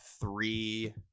three